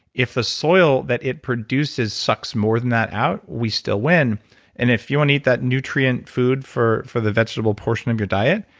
if the soil that it produces sucks more than that out, we still win and, if you want eat that nutrient food for for the vegetable portion of your diet,